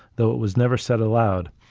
though it was never said aloud,